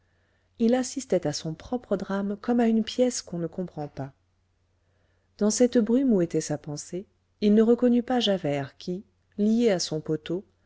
il assistait à son propre drame comme à une pièce qu'on ne comprend pas dans cette brume où était sa pensée il ne reconnut pas javert qui lié à son poteau